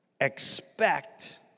expect